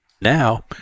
now